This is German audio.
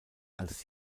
als